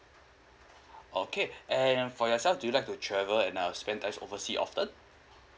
okay and for yourself do you like to travel and uh spend time overseas often